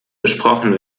besprochen